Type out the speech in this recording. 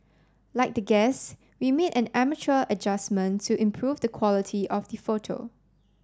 like the guests we made an amateur adjustment to improve the quality of the photo